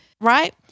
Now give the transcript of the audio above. right